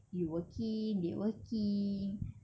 you working they working